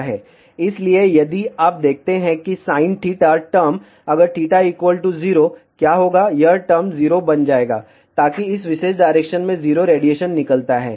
इसलिए यदि आप देखते हैं कि sin θ टर्म अगर θ 0 क्या होगा यह टर्म 0 बन जाएगा ताकि इस विशेष डायरेक्शन में 0 रेडिएशन निकलता है